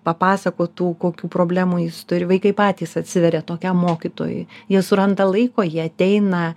papasakotų kokių problemų jis turi vaikai patys atsiveria tokiam mokytojui jie suranda laiko jie ateina